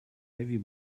heavy